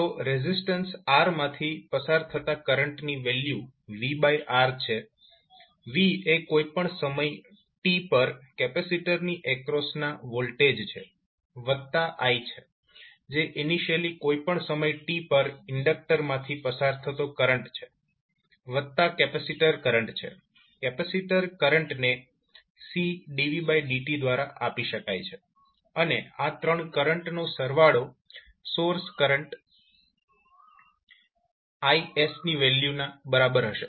તો resistance R માંથી પસાર થતા કરંટની વેલ્યુ vR છે v એ કોઈ પણ સમય t પર કેપેસિટરની એક્રોસના વોલ્ટેજ છે વત્તા i છે જે ઇનિશિયલી કોઈ પણ સમય t પર ઇન્ડકટર માંથી પસાર થતો કરંટ છે વત્તા કેપેસિટર કરંટ છે કેપેસિટર કરંટને C dVdtદ્વારા આપી શકાય છે અને આ ત્રણ કરંટનો સરવાળો સોર્સ કરંટ Is ની વેલ્યુના બરાબર હશે